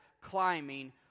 climbing